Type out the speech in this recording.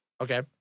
Okay